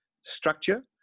structure